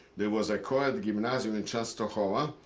there was a coed gimnazjum in czestochowa.